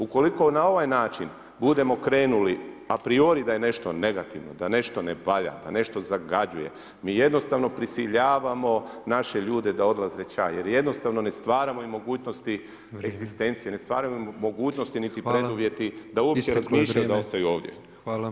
Ukoliko na ovaj način budemo krenuli a priori da je nešto negativno, da nešto ne valja, da nešto zagađuje mi jednostavno prisiljavamo naše ljude da odlaze ća jer jednostavno ne stvaramo im mogućnosti egzistencije, ne stvaramo im mogućnosti niti preduvjete da uopće razmišljaju da ostanu ovdje.